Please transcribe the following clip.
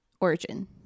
origin